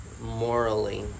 morally